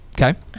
Okay